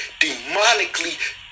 demonically